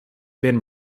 been